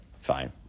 Fine